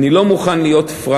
אני לא מוכן להיות פראייר,